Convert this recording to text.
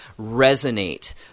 resonate